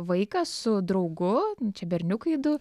vaikas su draugu čia berniukai du